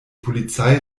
polizei